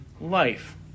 life